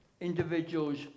individuals